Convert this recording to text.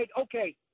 okay